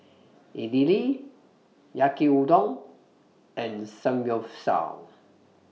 Idili Yaki Udon and Samgyeopsal